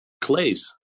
clays